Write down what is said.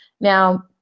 Now